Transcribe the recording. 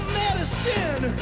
medicine